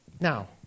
Now